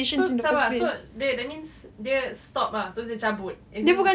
so sabar so dia that means dia stop ah terus dia cabut as in